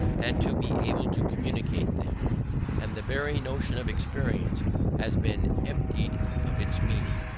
and to be able to communicate them and the very notion of experience has been emptied of its meaning,